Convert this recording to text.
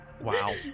Wow